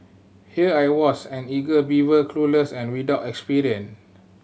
here I was an eager beaver clueless and without experience